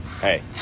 Hey